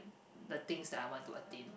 the things that I want to attain